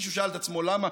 מישהו שאל את עצמו למה?